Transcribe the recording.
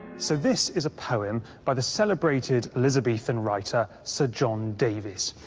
so this is a poem by the celebrated elizabethan writer sir john davies.